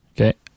Okay